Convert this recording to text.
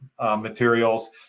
materials